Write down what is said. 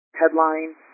Headline